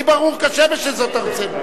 לי ברור כשמש שזאת ארצנו.